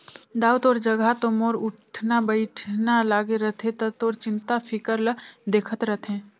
दाऊ तोर जघा तो मोर उठना बइठना लागे रथे त तोर चिंता फिकर ल देखत रथें